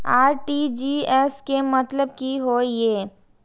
RTGS के मतलब की होय ये?